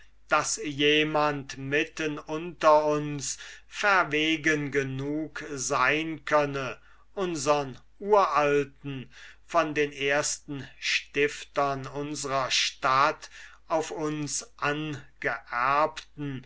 daß jemand mitten unter uns verwegen genug sein könne unsern uralten von den ersten stiftern unsrer stadt auf uns angeerbten